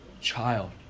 child